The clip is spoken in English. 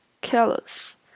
careless